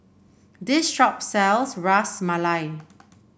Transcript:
this shop sells Ras Malai